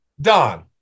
Don